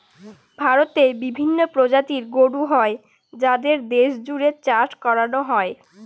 ভারতে বিভিন্ন প্রজাতির গরু হয় যাদের দেশ জুড়ে চাষ করানো হয়